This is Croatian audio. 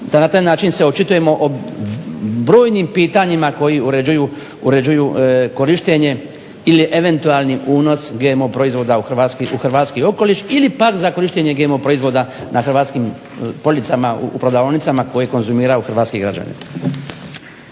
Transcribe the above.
i na taj način se očitujemo o brojnim pitanjima koji uređuju korištenje ili eventualni unos GMO proizvoda u hrvatski okoliš ili pak za korištenje GMO proizvoda na hrvatskim policama u prodavaonicama koje konzumiraju hrvatski građani.